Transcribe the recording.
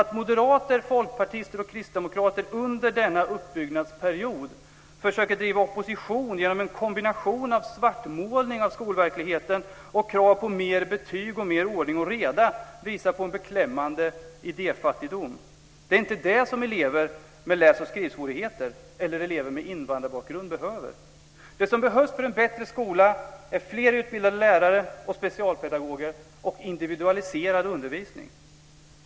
Att moderater, folkpartister och kristdemokrater under denna uppbyggnadsperiod försöker driva opposition genom en kombination av svartmålning av skolverkligheten och krav på fler betyg och mer ordning och reda visar på en beklämmande idéfattigdom. Det är inte det som elever med läs och skrivsvårigheter eller elever med invandrarbakgrund behöver. Det som behövs för en bättre skola är fler utbildade lärare och specialpedagoger och individualiserad undervisning.